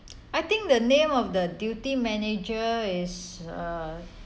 I think the name of the duty manager is uh